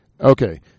Okay